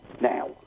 now